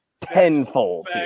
tenfold